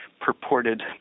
purported